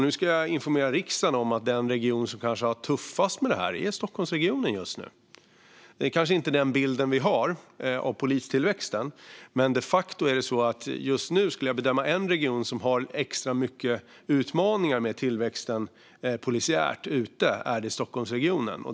Nu ska jag informera riksdagen om att den region som just nu kanske har det tuffast med detta är Stockholmsregionen. Det är kanske inte den bild vi annars har av polistillväxten, men den region som just nu har extra mycket utmaningar när det gäller tillväxten polisiärt är just Stockholmsregionen.